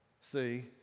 see